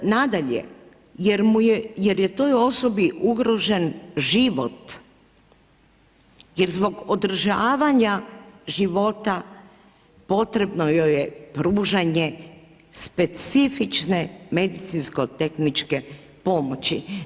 Nadalje jer je to ugrožen život, jer zbog odražavanja života potrebno joj je pružanje specifične medicinsko-tehničke pomoći.